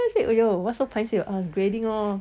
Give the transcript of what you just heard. then I said what's so paiseh !aiyo! grading lor